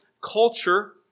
culture